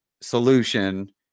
solution